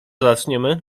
zaczniemy